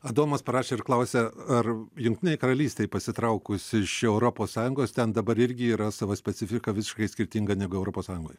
adomas parašė ir klausia ar jungtinei karalystei pasitraukus iš europos sąjungos ten dabar irgi yra sava specifika visiškai skirtinga negu europos sąjungoje